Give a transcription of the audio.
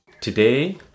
Today